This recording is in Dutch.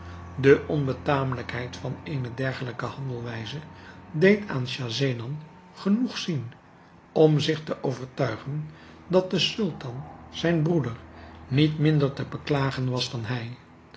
de onbetamelijkheid van eene dergelijke handelwijze deed aan schahzenan genoeg zien om zich te overtuigen dat de sultan zijn broeder niet minder te beklagen was dan hij